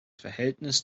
verhältnis